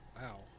Wow